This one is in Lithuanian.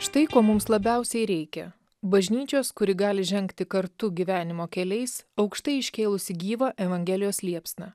štai ko mums labiausiai reikia bažnyčios kuri gali žengti kartu gyvenimo keliais aukštai iškėlusi gyvą evangelijos liepsną